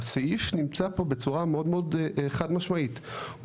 שהסעיף נמצא פה בצורה מאוד חד משמעית הוא